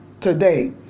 today